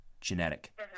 genetic